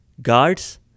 Guards